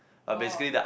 oh